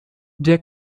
der